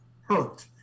hurt